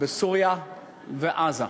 בסוריה ובעזה.